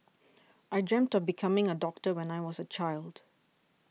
I dreamt of becoming a doctor when I was a child